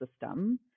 system